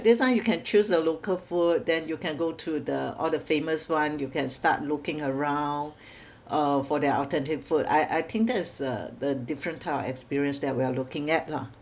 this one you can choose the local food then you can go to the all the famous one you can start looking around uh for their authentic food I I think that is the the different type of experience that we are looking at lah